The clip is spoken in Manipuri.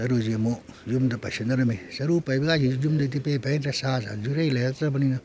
ꯆꯔꯨꯁꯤ ꯑꯃꯨꯛ ꯌꯨꯝꯗ ꯄꯩꯁꯟꯅꯔꯤꯃꯤ ꯆꯔꯨ ꯄꯩꯕ ꯀꯥꯏꯁꯤ ꯌꯨꯝꯗꯗꯤ ꯏꯄꯩ ꯄꯩꯅꯗ꯭ꯔꯦ ꯁꯥ ꯁꯟ ꯏꯔꯩ ꯂꯩꯔꯝꯇ꯭ꯔꯕꯅꯤꯅ